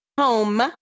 Home